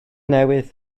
newydd